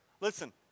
Listen